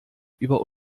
über